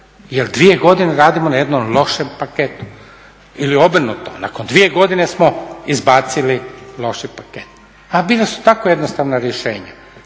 jer 2 godine radimo na jednom lošem paketu ili obrnuto, nakon 2 godine smo izbacili loš paket. A bila su tako jednostavna rješenja.